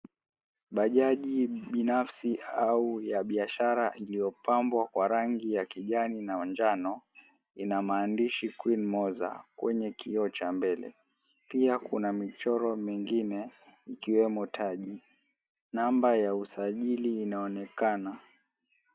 Bajaji binafsi au ya biashara iliyopambwa kwa rangi ya kijani na manjano ina maandishi "QUEEN Mozza" kwenye kioo cha mbele. Pia kuna michoro mengine ikiwemo taji, namba ya usajili inaonekana.